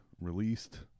released